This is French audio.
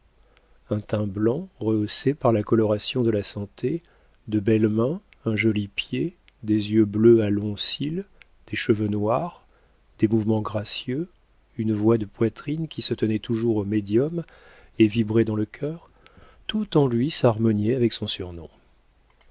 un teint blanc rehaussé par la coloration de la santé de belles mains un joli pied des yeux bleus à longs cils des cheveux noirs des mouvements gracieux une voix de poitrine qui se tenait toujours au médium et vibrait dans le cœur tout en lui s'harmoniait avec son surnom